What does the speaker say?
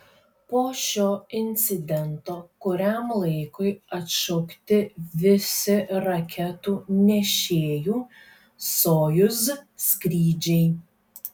po šio incidento kuriam laikui atšaukti visi raketų nešėjų sojuz skrydžiai